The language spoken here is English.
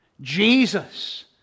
Jesus